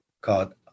called